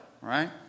right